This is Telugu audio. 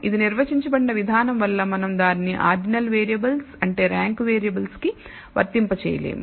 ఇది నిర్వచించబడిన విధానం వల్ల మనం దానిని ఆర్డినల్ వేరియబుల్స్ అంటే ర్యాంక్ వేరియబుల్ కి వర్తింప చేయలేము